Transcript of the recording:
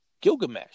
Gilgamesh